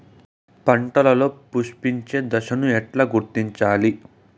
పంటలలో పుష్పించే దశను ఎట్లా గుర్తించాలి?